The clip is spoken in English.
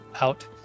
out